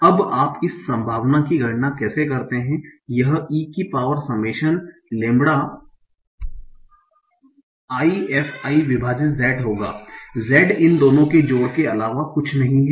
अब आप इस संभाव्यता की गणना कैसे करते हैं यह e की power summation lambda i f i विभाजित z होगा z इन दोनों के जोड़ के अलावा कुछ नहीं है